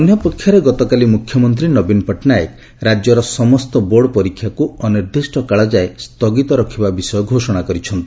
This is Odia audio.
ଅନ୍ୟପକ୍ଷରେ ଗତକାଲି ମୁଖ୍ୟମନ୍ତ୍ରୀ ନବୀନ ପଟ୍ଟନାୟକ ରାଜ୍ୟର ସମସ୍ତ ବୋର୍ଡ଼ ପରୀକ୍ଷାକୁ ଅନିର୍ଦ୍ଦିଷ୍ଟ କାଳ ଯାଏଁ ସ୍ଥଗିତ ରଖିବା ବିଷୟ ଘୋଷଣା କରିଛନ୍ତି